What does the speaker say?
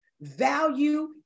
value